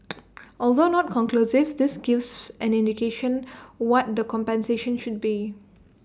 although not conclusive this gives an indication what the compensation should be